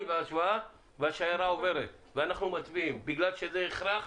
וההשוואה והשיירה עוברת ואנחנו מצביעים בגלל שזה הכרח